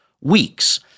weeks